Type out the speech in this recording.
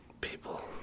People